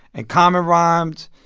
and common rhymed.